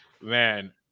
man